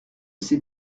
sait